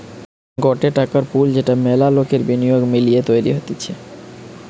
গটে টাকার পুল যেটা মেলা লোকের বিনিয়োগ মিলিয়ে তৈরী হতিছে